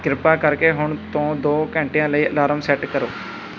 ਕਿਰਪਾ ਕਰਕੇ ਹੁਣ ਤੋਂ ਦੋ ਘੰਟਿਆਂ ਲਈ ਅਲਾਰਮ ਸੈਟ ਕਰੋ